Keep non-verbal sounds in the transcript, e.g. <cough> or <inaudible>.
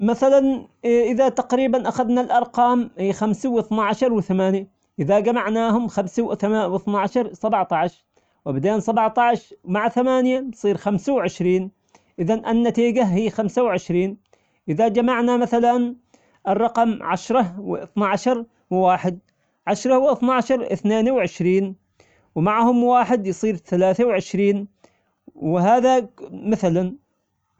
مثلا <hesitation> إذا تقريبا أخذنا الأرقام خمسة واثنا عشر وثمانية، إذا جمعناهم خمسة واثنا عشر سبعة عشر سبعة عشر مع ثمانية بتصير خمسة وعشرين، إذا النتيجة هي خمسة وعشرين. إذا جمعنا مثلا الرقم عشرة واثنا عشر وواحد عشرة واثنا عشر اثنين وعشرين ومعهم واحد يصير ثلاثة وعشرين وهذا <hesitation> مثلا.